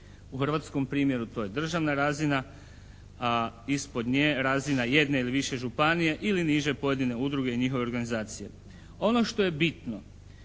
U hrvatskom primjeru to je državna razina, a ispod nje razina jedne ili više županije ili niže pojedine udruge i njihove organizacije. Ono što je bitno